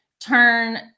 turn